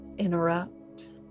interrupt